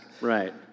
Right